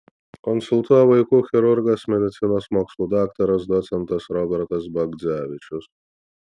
konsultuoja vaikų chirurgas medicinos mokslų daktaras docentas robertas bagdzevičius